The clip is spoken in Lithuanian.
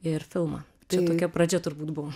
ir filmą čia tokia pradžia turbūt buvo